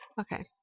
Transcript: Okay